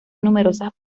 numerosas